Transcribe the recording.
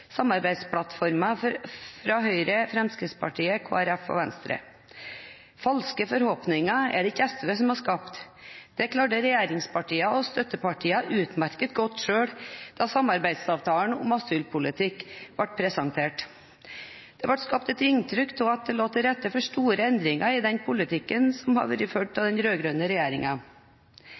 samarbeidsplattformen til Høyre, Fremskrittspartiet, Kristelig Folkeparti og Venstre. Falske forhåpninger er det ikke SV som har skapt. Det klarte regjeringspartiene og støttepartiene utmerket godt selv da samarbeidsavtalen om asylpolitikken ble presentert. Det ble skapt et inntrykk av at det lå til rette for store endringer i den politikken som ble ført av den